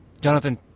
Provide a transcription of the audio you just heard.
Jonathan